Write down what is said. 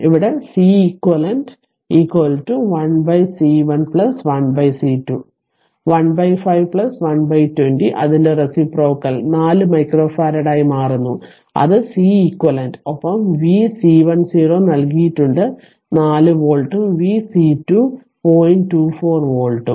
ഇവിടെ ഇത് Ce q 1 1 C1 1 C2 15 120 അതിന്റെ റേസിപ്രോക്കൽ 4 മൈക്രോഫറാഡായി മാറുന്നു അത് C എക്വിവാലെന്റണ് ഒപ്പം vC10 നൽകിയിട്ടുണ്ട് 4 വോൾട്ടും vC2 0 24 വോൾട്ടും